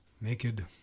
naked